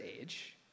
age